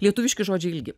lietuviški žodžiai ilgi